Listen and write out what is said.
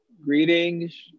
greetings